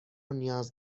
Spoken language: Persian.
نیاز